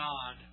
God